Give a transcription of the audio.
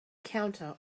counter